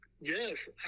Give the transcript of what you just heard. yes